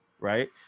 right